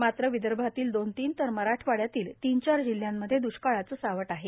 मात्र विदर्भातील दोन तीन तर मराठवाड़यातील तीन चार जिल्ह्यांमध्ये द्ष्काळाचे सावट आहे